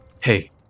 Hey